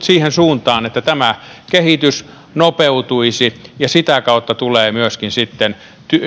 siihen suuntaan että tämä kehitys nopeutuisi ja sitä kautta tulee myöskin sitten helpotusta